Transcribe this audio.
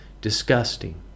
disgusting